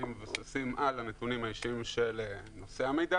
מבוססים על הנתונים האישיים של נושא המידע